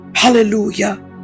Hallelujah